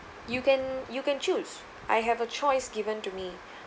you can you can choose I have a choice given to me